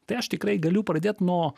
tai aš tikrai galiu pradėt nuo